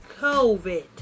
COVID